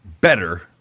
better